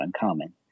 uncommon